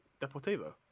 Deportivo